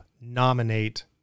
nominate